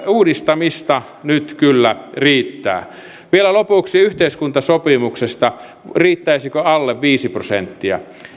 uudistamista nyt kyllä riittää vielä lopuksi yhteiskuntasopimuksesta riittäisikö alle viisi prosenttia